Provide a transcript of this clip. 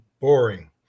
boring